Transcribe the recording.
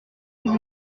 mise